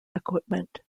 equipment